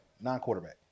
Non-quarterback